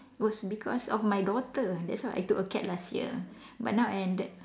it was because of my daughter that's why I took a cat last year but now I ended